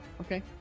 okay